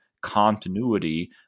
continuity